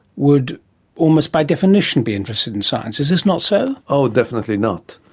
would almost by definition be interested in science. is this not so? oh definitely not.